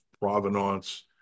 provenance